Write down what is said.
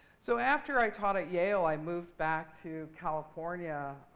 so after i taught at yale, i moved back to california